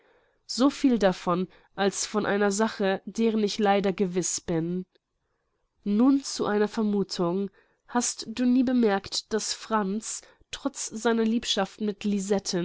so viel davon als von einer sache deren ich leider gewiß bin nun zu einer vermuthung hast du nie bemerkt daß franz trotz seiner liebschaft mit lisetten